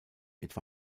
etwa